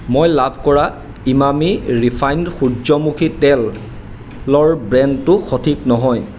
মই লাভ কৰা ইমামি ৰিফাইণ্ড সূৰ্য্যমুখী তেল লৰ ব্ৰেণ্ডটো সঠিক নহয়